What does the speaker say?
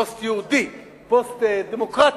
פוסט-יהודי, פוסט-דמוקרטי.